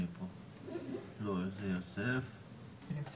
38% מ-100%